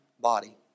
body